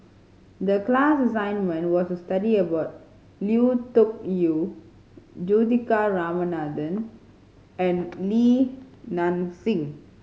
the class assignment was to study about Lui Tuck Yew Juthika Ramanathan and Li Nanxing